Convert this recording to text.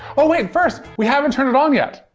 oh wait, first, we haven't turned it on yet.